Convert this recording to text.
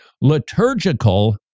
liturgical